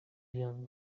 young